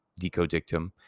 decodictum